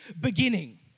beginning